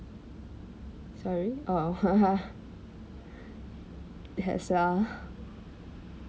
sorry oh yes lah